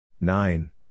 nine